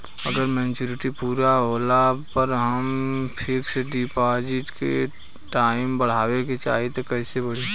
अगर मेचूरिटि पूरा होला पर हम फिक्स डिपॉज़िट के टाइम बढ़ावे के चाहिए त कैसे बढ़ी?